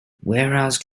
warehouse